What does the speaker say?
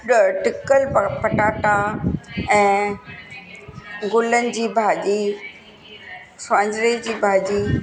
टिकर पटाटा ऐं गुलनि जी भाॼी स्वांजरे जी भाॼी